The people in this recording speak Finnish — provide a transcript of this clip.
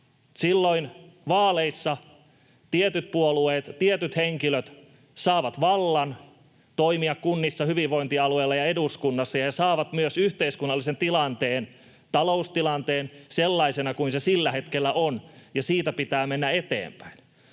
Silloin vaaleissa tietyt puolueet, tietyt henkilöt saavat vallan toimia kunnissa, hyvinvointialueella ja eduskunnassa ja saavat myös yhteiskunnallisen tilanteen, taloustilanteen sellaisena kuin se sillä hetkellä on, ja siitä pitää mennä eteenpäin.